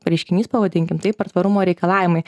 reiškinys pavadinkim taip ar tvarumo reikalavimai